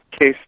case